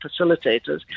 facilitators